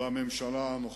בממשלה הנוכחית.